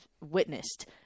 witnessed